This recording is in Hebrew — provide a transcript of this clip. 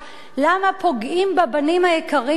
למה פוגעים בבנים היקרים האלה,